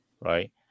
right